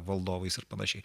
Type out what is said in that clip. valdovais ir panašiai